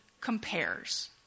compares